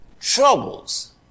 troubles